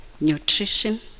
nutrition